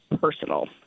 personal